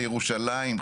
ירושלים,